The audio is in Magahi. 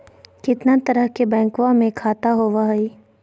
कितना तरह के बैंकवा में खाता होव हई?